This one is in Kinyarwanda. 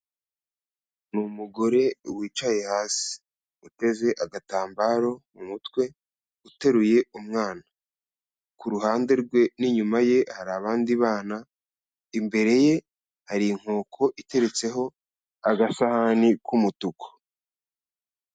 Ni umugore wicaye hasi uteze agatambaro mu mutwe uteruye umwana. Ku ruhande rwe n'inyuma ye hari abandi bana, imbere ye hari inkoko iteretseho agasahani k'umutuku.